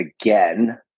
again